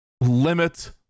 limit